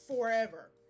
forever